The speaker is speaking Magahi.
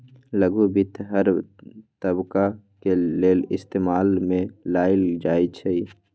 लघु वित्त हर तबका के लेल इस्तेमाल में लाएल जाई छई